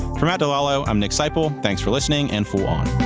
for matt dilallo, i'm nick sciple, thanks for listening and fool on!